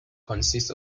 consists